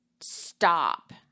stop